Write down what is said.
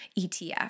ETF